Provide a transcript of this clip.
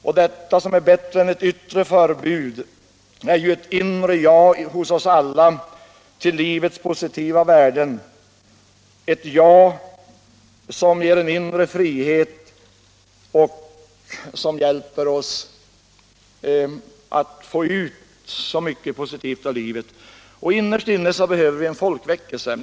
Och detta som är bättre än ett yttre förbud är ett inre ja hos oss alla till livets positiva värden, ett ja som ger en inre frihet och som hjälper oss att få ut så mycket positivt av livet. Innerst inne behöver vi en folkväckelse.